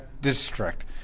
district